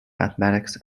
mathematics